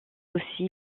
aussi